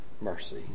mercy